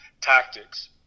tactics